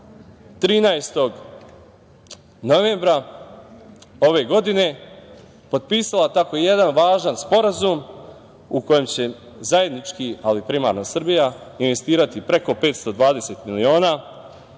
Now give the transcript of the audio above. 13. novembra ove godine potpisale tako jedan važan sporazum u kojem će zajednički, ali primarno Srbija investirati preko 520 miliona